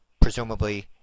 presumably